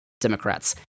Democrats